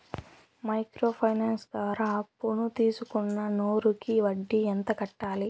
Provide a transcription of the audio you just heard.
Micro finance ద్వారా అప్పును తీసుకున్న నూరు కి వడ్డీ ఎంత కట్టాలి?